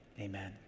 Amen